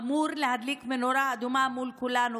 אמורה להדליק מנורה אדומה מול כולנו,